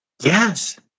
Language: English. Yes